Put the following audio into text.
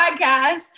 podcast